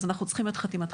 אז אנחנו צריכים את חתימתכם.